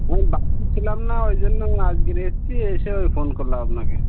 আমি বাড়িতে ছিলাম না ওই জন্য আজকের এসছি এসে ওই ফোন করলাম আপনাকে